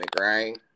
right